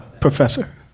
Professor